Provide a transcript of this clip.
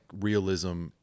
realism